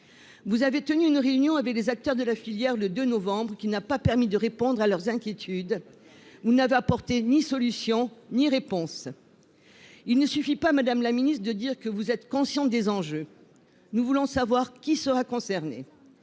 vous avez tenu une réunion avec les acteurs de la filière, le 2 novembre qui n'a pas permis de répondre à leurs inquiétudes, vous n'avez apporté ni solution ni réponse, il ne suffit pas, Madame la Ministre, de dire que vous êtes conscient des enjeux, nous voulons savoir qui sera concerné,